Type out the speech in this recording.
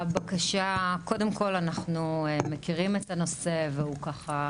קודם כל אנחנו מכירים את הנושא והוא ככה